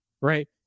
right